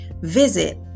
visit